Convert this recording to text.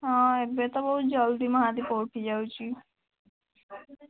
ହଁ ଏବେ ତ ବହୁତ ଜଲଦି ମହାଦୀପ ଉଠି ଯାଉଛି